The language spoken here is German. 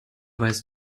weißt